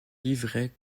livrets